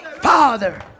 Father